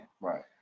Right